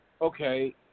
okay